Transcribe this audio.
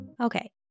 Okay